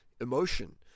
emotion